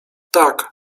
tak